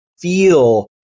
feel